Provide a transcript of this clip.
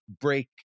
break